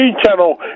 channel